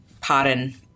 pardon